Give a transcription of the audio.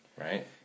right